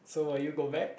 so will you go back